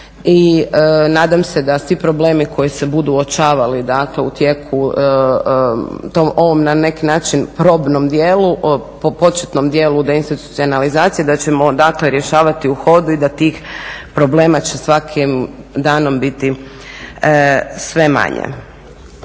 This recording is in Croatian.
i nadam se da svi problemi koji se budu uočavali u tijeku ovom na neki način probnom dijelu, po početnom dijelu deinstitucionalizacije, da ćemo dakle rješavati u hodu i da tih problema će svakim danom biti sve manje.